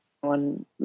one